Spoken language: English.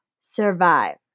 survive